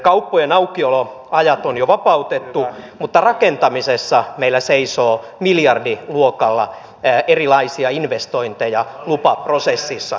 kauppojen aukioloajat on jo vapautettu mutta rakentamisessa meillä seisoo miljardiluokalla erilaisia investointeja lupaprosessissa